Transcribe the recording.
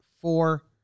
four